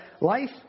life